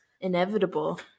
inevitable